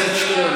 לא, רבותיי.